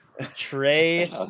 Trey